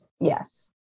Yes